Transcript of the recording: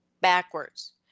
backwards